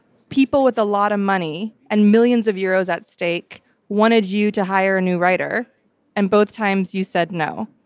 people with a lot of money and millions of euros at stake wanted you to hire a new writer and both times, you said no.